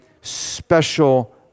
special